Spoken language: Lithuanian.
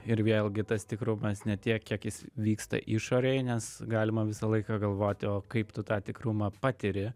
ir vėlgi tas tikrumas ne tiek kiek jis vyksta išorėj nes galima visą laiką galvoti o kaip tu tą tikrumą patiri